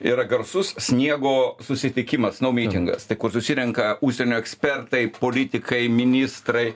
yra garsus sniego susitikimas nu mytingas tai kur susirenka užsienio ekspertai politikai ministrai